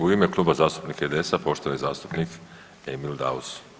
U ime Kluba zastupnika IDS-a, poštovani zastupnik Emil Daus.